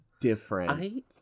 different